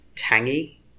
tangy